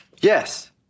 Yes